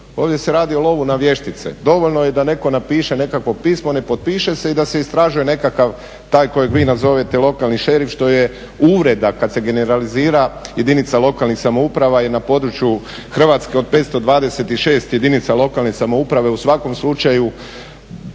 Ovdje se radi o lovu na vještice. Dovoljno je da netko napiše nekakvo pismo, ne potpiše se i da se istražuje nekakav taj kojeg vi nazovete lokalni šerif što je uvreda kad se generalizira jedinica lokalnih samouprava je na području Hrvatske od 526 jedinica lokalne samouprave u svakom slučaju